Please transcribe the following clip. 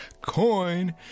coin